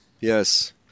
yes